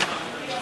כולי אוזן.